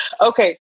Okay